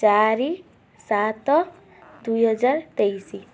ଚାରି ସାତ ଦୁଇହଜାର ତେଇଶି